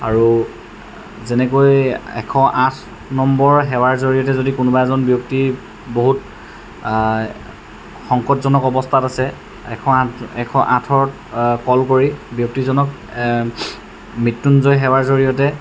আৰু যেনেকৈ এশ আঠ নম্বৰ সেৱাৰ জৰিয়তে যদি কোনোবা এজন ব্যক্তি বহুত সংকটজনক অৱস্থাত আছে এশ আঠ এশ আঠত ক'ল কৰি ব্যক্তিজনক মৃত্যুঞ্জয় সেৱাৰ জৰিয়তে